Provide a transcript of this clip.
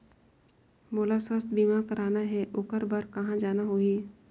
मोला स्वास्थ बीमा कराना हे ओकर बार कहा जाना होही?